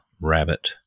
rabbit